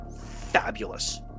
fabulous